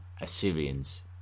Assyrians